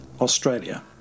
Australia